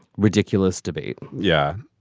ridiculous debate yeah,